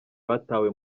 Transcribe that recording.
batawe